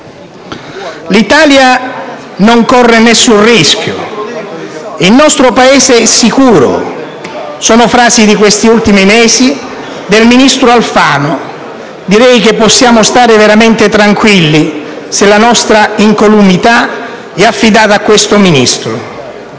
L'Italia non corre alcun rischio, il nostro Paese è sicuro: sono frasi degli ultimi mesi pronunciate dal ministro Alfano. Direi che possiamo stare veramente tranquilli se la nostra incolumità è affidata a questo Ministro.